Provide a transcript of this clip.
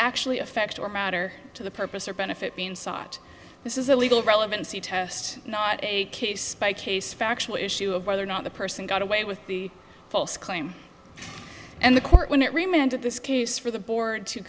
actually effect or matter to the purpose or benefit being sought this is a legal relevancy test not a case by case factual issue of whether or not the person got away with the false claim and the court when it remained at this case for the board to